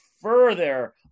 further